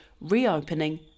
reopening